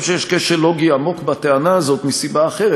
שיש כשל לוגי עמוק בטענה הזאת מסיבה אחרת.